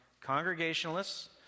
Congregationalists